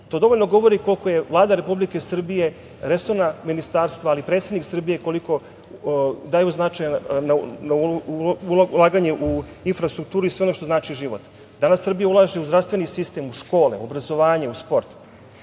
To dovoljno govori koliko je Vlada Republike Srbije, resorna ministarstva, ali i predsednik Srbije, koliko daju značaja ulaganju u infrastrukturu i sve ono što znači život. Danas Srbija ulaže u zdravstveni sistem, u škole, u obrazovanje, u